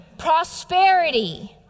prosperity